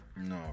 No